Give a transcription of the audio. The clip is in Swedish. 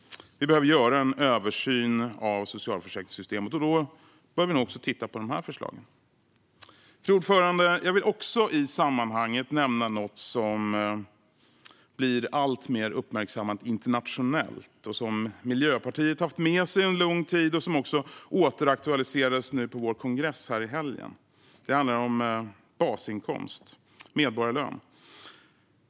Vi behöver göra en översyn av socialförsäkringssystemet, och då bör vi nog också titta på dessa förslag. Fru talman! Jag vill också i sammanhanget nämna något som blir alltmer uppmärksammat internationellt, som Miljöpartiet haft med sig en lång tid och som även återaktualiserades på vår kongress i helgen. Det handlar om basinkomst, eller medborgarlön.